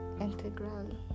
Integral